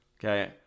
Okay